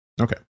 okay